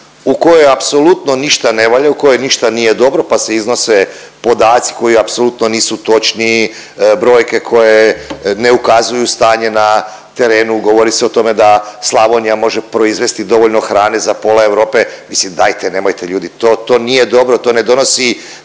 u kojoj apsolutno ništa ne valja i u kojoj ništa nije dobro pa se iznose podaci koji apsolutno nisu točni, brojke koje ne ukazuju stanje na terenu, govori se o tome da Slavonija može proizvesti dovoljno hrane za pola Europe, mislim, dajte nemojte, ljudi, to nije dobro, to ne donosi